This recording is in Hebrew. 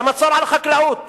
זה מצור על החקלאות,